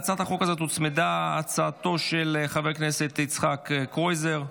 להצעת החוק הזאת הוצמדה הצעתו של חבר הכנסת יצחק קרויזר.